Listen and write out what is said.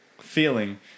feeling